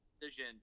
decision